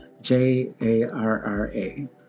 J-A-R-R-A